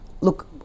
Look